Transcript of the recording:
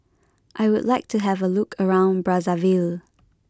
I would like to have a look around Brazzaville